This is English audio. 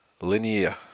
Linear